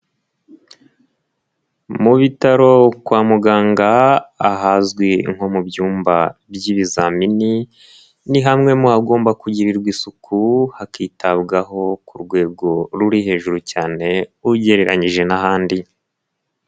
Mu bitaro kwa muganga ahazwi nko mu byumba by'ibizamini, ni hamwe mu hagomba kugirirwa isuku hakitabwaho ku rwego ruri hejuru cyane ugereranyije n'ahandi.